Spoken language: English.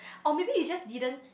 oh maybe you just didn't